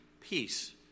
peace